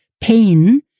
pain